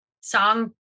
song